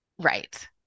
Right